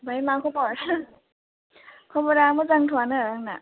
आमफ्राय मा खबर खबरा मोजांथ'आनो आंना